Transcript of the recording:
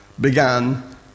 began